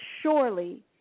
surely